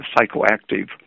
psychoactive